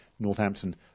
Northampton